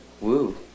Woo